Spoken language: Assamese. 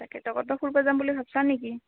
তাকেতো ক'তবা ফুৰিব যাম বুলি ভাবিছা নেকি